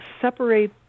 separate